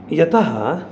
यतः